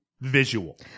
visual